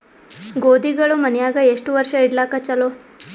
ಗೋಧಿಗಳು ಮನ್ಯಾಗ ಎಷ್ಟು ವರ್ಷ ಇಡಲಾಕ ಚಲೋ?